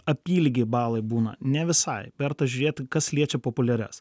apylygiai balai būna ne visai verta žiūrėt kas liečia populiarias